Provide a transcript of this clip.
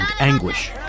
anguish